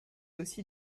aussi